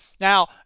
Now